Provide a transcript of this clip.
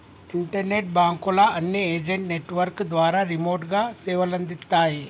internet బాంకుల అన్ని agent network ద్వారా రిమోట్ గా సేవలందిత్తాయి